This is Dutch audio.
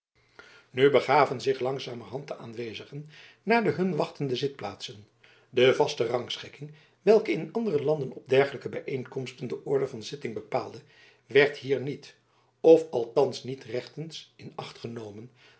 nu begaven zich langzamerhand de aanwezigen naar de hun wachtende zitplaatsen de vaste rangschikking welke in andere landen op dergelijke bijeenkomsten de orde van zitting bepaalde werd hier niet of althans niet rechtens in acht genomen